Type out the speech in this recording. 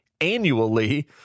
annually